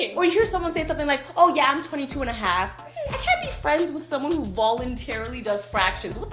or hear someone say something like, oh yeah, i'm twenty two and a half. i can't be friends with someone who voluntarily does fractions. what